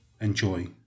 Enjoy